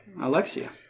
Alexia